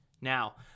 Now